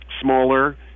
smaller